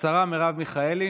השרה מרב מיכאלי,